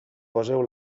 poseu